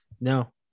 No